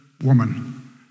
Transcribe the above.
woman